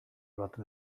bat